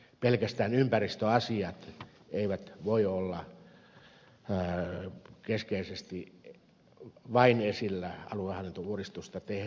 pelkästään ympäristöasiat eivät voi olla keskeisesti esillä aluehallintouudistusta tehtäessä